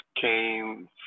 came